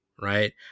right